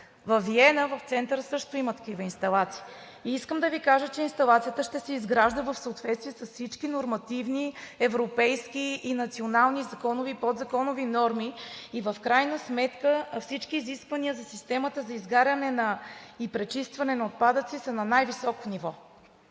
В центъра във Виена също има активна инсталация. Искам да Ви кажа, че инсталацията ще се изгражда в съответствие с всички нормативни европейски и национални законови и подзаконови норми. В крайна сметка всички изисквания за системата за изгаряне и пречистване на отпадъци са на най-високо ниво.